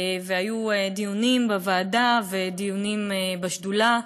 והיו דיונים בוועדה ודיונים בשדולה,